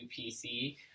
PC